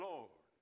Lord